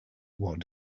what